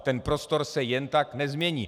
Ten prostor se jen tak nezmění.